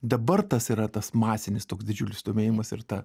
dabar tas yra tas masinis toks didžiulis susidomėjimas ir ta